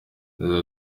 yagize